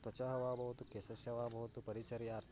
त्वचः वा भवतु कैशस्य वा भवतु परिचर्यार्थम्